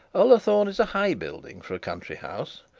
ullathorne is a high building for a country house,